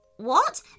What